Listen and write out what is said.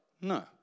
No